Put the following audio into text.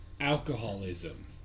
Alcoholism